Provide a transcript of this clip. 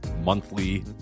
Monthly